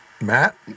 Matt